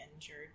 injured